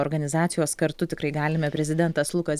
organizacijos kartu tikrai galime prezidentas lukas